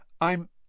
I'm—